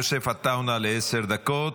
יוסף עטאונה לעשר דקות.